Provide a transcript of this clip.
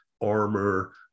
armor